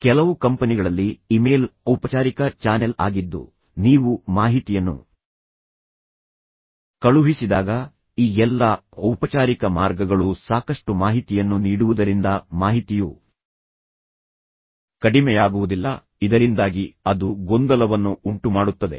ಕೆಲವು ಕಂಪನಿಗಳಲ್ಲಿ ಇಮೇಲ್ ಔಪಚಾರಿಕ ಚಾನೆಲ್ ಆಗಿದ್ದು ನೀವು ಮಾಹಿತಿಯನ್ನು ಕಳುಹಿಸಿದಾಗ ಈ ಎಲ್ಲಾ ಔಪಚಾರಿಕ ಮಾರ್ಗಗಳು ಸಾಕಷ್ಟು ಮಾಹಿತಿಯನ್ನು ನೀಡುವುದರಿಂದ ಮಾಹಿತಿಯು ಕಡಿಮೆಯಾಗುವುದಿಲ್ಲ ಇದರಿಂದಾಗಿ ಅದು ಗೊಂದಲವನ್ನು ಉಂಟುಮಾಡುತ್ತದೆ